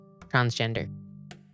transgender